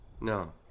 No